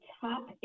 top